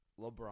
LeBron